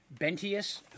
Bentius